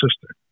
sister